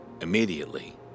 Immediately